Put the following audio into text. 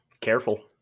Careful